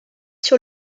sur